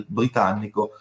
britannico